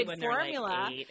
formula